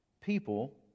people